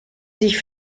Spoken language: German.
sich